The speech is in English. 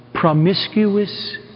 promiscuous